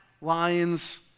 lion's